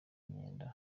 myenda